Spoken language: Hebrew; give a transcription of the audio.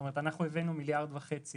הבאנו מיליארד וחצי